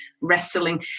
wrestling